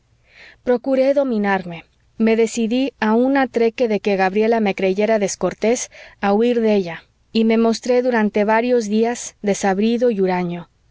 mí procuré dominarme me decidí aun a trueque de que gabriela me creyera descortés a huir de ella y me mostré durante varios días desabrido y huraño